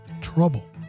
trouble